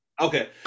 Okay